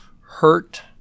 hurt